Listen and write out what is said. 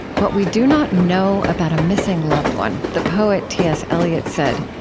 what we do not know about a missing loved one, the poet t s. eliot said,